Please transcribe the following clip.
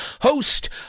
host